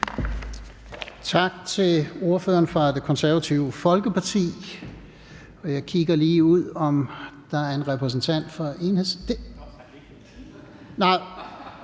Tak til ordføreren fra Det Konservative Folkeparti. Jeg kigger lige ud i salen for at se, om der er en repræsentant for Enhedslisten,